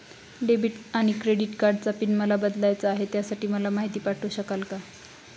Debit आणि credit कार्डचा PIN मला बदलायचा आहे, त्यासाठी मला माहिती पाठवू शकाल का?